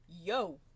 yo